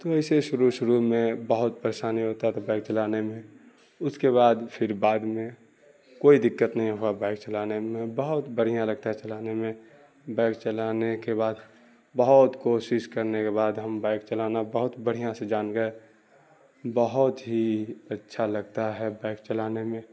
تو ایسے شروع شروع میں بہت پریشانی ہوتا تھا بائک چلانے میں اس کے بعد پھر بعد میں کوئی دقت نہیں ہوا بائک چلانے میں ہمیں بہت برھیاں لگتا چلانے میں بائک چلانے کے بعد بہت کوشش کرنے کے بعد ہم بائک چلانا بہت بڑھیاں سے جان گئے بہت ہی اچھا لگتا ہے بائک چلانے میں